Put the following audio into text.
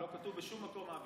זה לא כתוב בשום מקום,